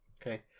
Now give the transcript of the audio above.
Okay